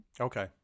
Okay